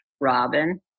Robin